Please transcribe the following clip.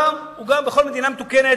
בכל מדינה מתוקנת,